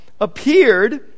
appeared